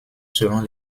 selon